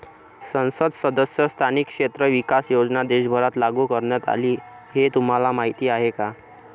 संसद सदस्य स्थानिक क्षेत्र विकास योजना देशभरात लागू करण्यात आली हे तुम्हाला माहीत आहे का?